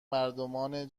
مردمان